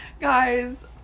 guys